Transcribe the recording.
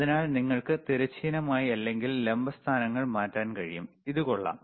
അതിനാൽ നിങ്ങൾക്ക് തിരശ്ചീനമായി അല്ലെങ്കിൽ ലംബ സ്ഥാനങ്ങൾ മാറ്റാൻ കഴിയും ഇത് കൊള്ളാം